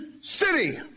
city